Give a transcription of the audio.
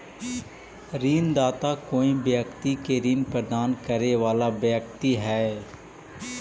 ऋणदाता कोई व्यक्ति के ऋण प्रदान करे वाला व्यक्ति हइ